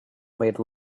made